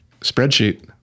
spreadsheet